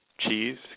cheese